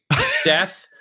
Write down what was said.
Seth